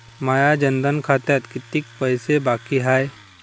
माया जनधन खात्यात कितीक पैसे बाकी हाय?